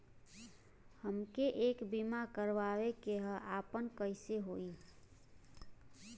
हमके एक बीमा करावे के ह आपन कईसे होई?